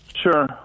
Sure